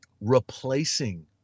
replacing